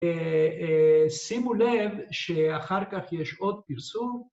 שימו לב שאחר כך יש עוד פרסום